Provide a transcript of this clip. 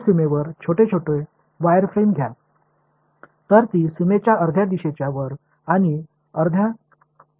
நீங்கள் ஒரு சிறிய சிறிய வயர்ஃப்ரேமை எடுத்துக்கொள்கிறீர்கள் அது எல்லையைத் தாண்டி செல்கிறது